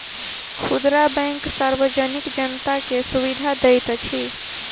खुदरा बैंक सार्वजनिक जनता के सुविधा दैत अछि